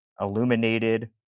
illuminated